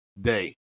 day